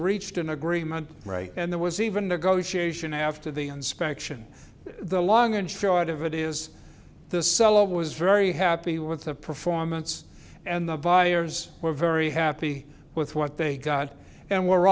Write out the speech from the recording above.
reached an agreement and there was even negotiation after the inspection the long and short of it is the seller was very happy with the performance and the buyers were very happy with what they got and we're